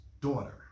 daughter